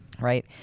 right